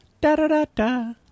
da-da-da-da